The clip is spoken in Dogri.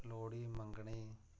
लोह्ड़ी मंगनी